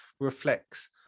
reflects